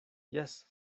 jes